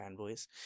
fanboys